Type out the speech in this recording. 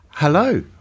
Hello